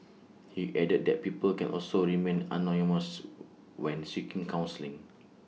he added that people can also remain anonymous when when seeking counselling